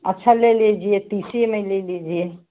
अच्छा ले लीजिए तीस ही ले लीजिए